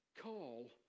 call